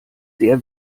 sehr